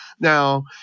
Now